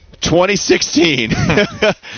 2016